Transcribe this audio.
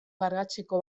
kargatzeko